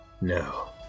No